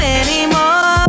anymore